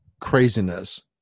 Craziness